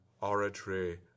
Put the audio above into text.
oratory